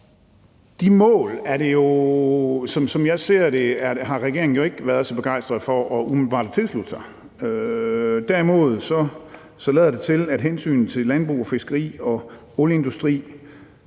det, umiddelbart ikke været så begejstret for at tilslutte sig. Derimod lader det til, at hensynet til landbruget, fiskeriet og olieindustrien